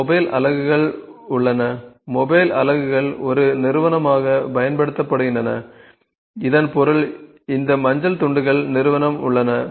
இந்த மொபைல் அலகுகள் உள்ளன மொபைல் அலகுகள் ஒரு நிறுவனமாகப் பயன்படுத்தப்படுகின்றன இதன் பொருள் இந்த மஞ்சள் துண்டுகள் நிறுவனம் உள்ளன